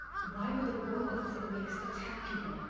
why would the robots it makes attack people?